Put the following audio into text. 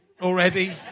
already